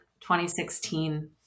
2016